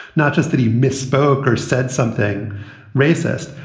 not just that he misspoke or said something racist.